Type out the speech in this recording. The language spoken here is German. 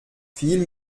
viel